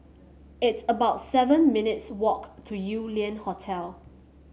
it's about seven minutes' walk to Yew Lian Hotel